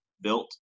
built